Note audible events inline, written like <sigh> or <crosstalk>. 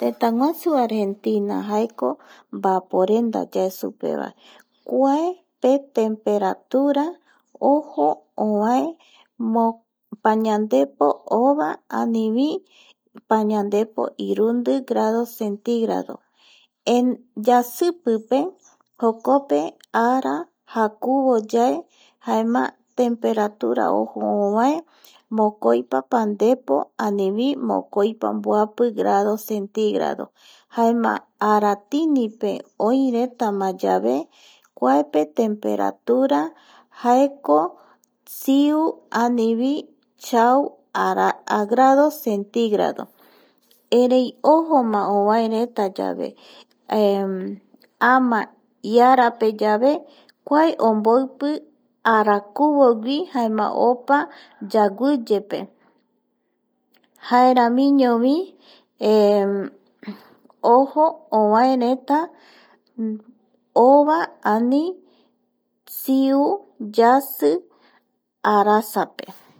Tëtäguasu Argentina jaeko mbaaporenda yae supevae kuaepe temperatura ojo ovae <hesitation> pañandepo ova anivi pañandepo irundi grado centigrado <hesitation> yasipipe jokpope ara jakuvoyae jaema temperatura ojo ovae mokoipa pandepo anivi mokoi pa mboapi grado centigrado jaema aratinipema oiretamayave kuape temperatura jaeko siu anivi sau <hesitation> grado cenrtigrado erei ojoma ovaereta yave <hesitation> ama iara pe yave kua omboipi arakuvogui jaema opa yaguiye pe jaeramiñovi <hesitation> ojo ovaereta ova ani siu yasi arasape